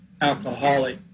alcoholic